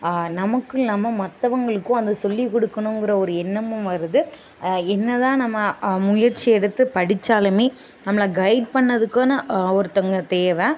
நமக்கும் இல்லாமல் மற்றவுங்களுக்கும் அந்த சொல்லி கொடுக்கணும்ங்குற ஒரு எண்ணமும் வருது என்ன தான் நம்ம முயற்சி எடுத்து படித்தாலுமே நம்மளை கைட் பண்ணதுக்குன்னு ஒருத்தவங்க தேவை